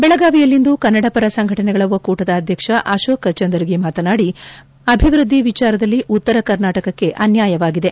ಬೆಳಗಾವಿಯಲ್ಲಿಂದು ಕನ್ನಡಪರ ಸಂಘಟನೆಗಳ ಒಕ್ಕೂಟದ ಅಧ್ಯಕ್ಷ ಅಶೋಕ ಚಂದರಗಿ ಮಾತನಾಡಿ ಅಭಿವೃದ್ದಿ ವಿಚಾರದಲ್ಲಿ ಉತ್ತರ ಕರ್ನಾಟಕಕ್ಕೆ ಅನ್ನಾಯವಾಗಿದೆ